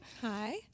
Hi